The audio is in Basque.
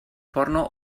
porno